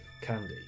candy